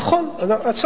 נכון, נכון.